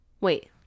Wait